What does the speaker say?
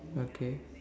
okay